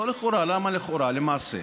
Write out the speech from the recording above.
לא לכאורה, למה לכאורה, למעשה.